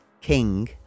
king